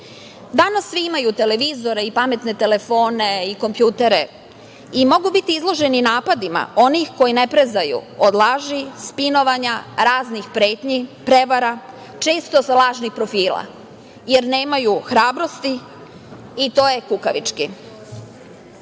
nas. Danas svi imaju televizore i pametne telefone i kompjutere i mogu biti izloženi napadima onih koji ne prezaju od laži, spinovanja, raznih pretnji, prevara, često lažnih profila, jer nemaju hrabrosti i to je kukavički. Ovo